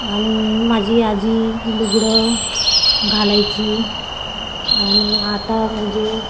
आणि माझी आजी लुगडं घालायची आणि आता म्हणजे